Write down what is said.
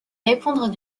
répondre